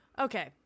Okay